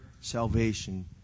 salvation